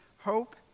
Hope